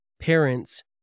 parents